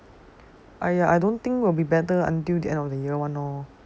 !aiya! I don't think will be better until the end of the year [one] lor